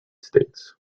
states